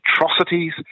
atrocities